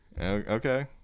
Okay